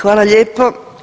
Hvala lijepo.